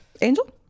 Angel